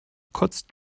kotzt